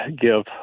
give